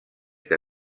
que